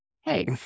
hey